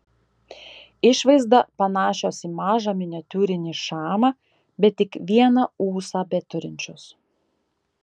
išvaizda panašios į mažą miniatiūrinį šamą bet tik vieną ūsą beturinčios